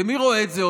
ומי עוד רואה את זה?